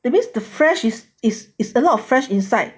that means the fresh is is is a lot of fresh inside